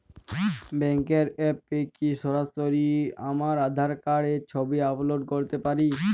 ব্যাংকের অ্যাপ এ কি সরাসরি আমার আঁধার কার্ড র ছবি আপলোড করতে পারি?